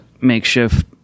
makeshift